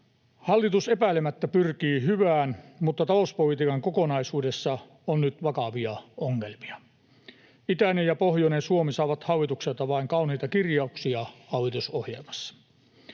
Hallitus epäilemättä pyrkii hyvään, mutta talouspolitiikan kokonaisuudessa on nyt vakavia ongelmia. Itäinen ja pohjoinen Suomi saavat hallitukselta vain kauniita kirjauksia hallitusohjelmassa.